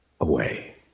away